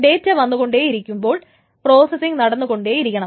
data വന്നുകൊണ്ടിരിക്കുമ്പോൾ processing നടന്നുകൊണ്ടിരിക്കണം